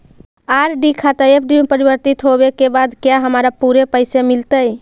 RD खाता FD में परिवर्तित होवे के बाद क्या हमारा पूरे पैसे मिलतई